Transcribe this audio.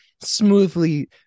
smoothly